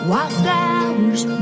Wildflowers